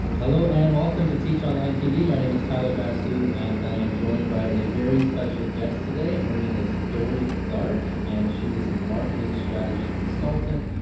hello, and welcome to teach online tv, my name is tyler basu, and i'm joined by a very special guest today. her name is dorie clark, and she is a marketing strategy consultant,